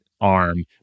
arm